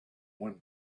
when